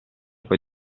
puoi